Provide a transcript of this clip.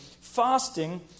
Fasting